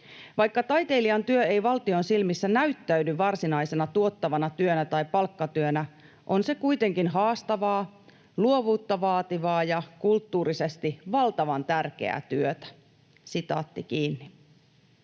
Vaikka taiteilijan työ ei valtion silmissä näyttäydy varsinaisena tuottavana työnä tai palkkatyönä, on se kuitenkin haastavaa, luovuutta vaativaa ja kulttuurisesti valtavan tärkeää työtä.” ”Asun